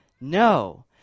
No